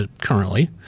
currently